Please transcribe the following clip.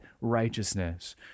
righteousness